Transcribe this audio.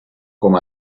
com